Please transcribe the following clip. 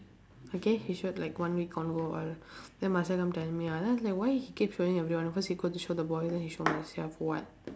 okay he showed like one week convo all then marcia come tell me ah then I was like why he keep showing everyone cause he go to show the boy then he show marcia for what